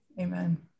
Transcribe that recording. Amen